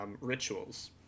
Rituals